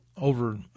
Over